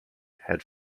had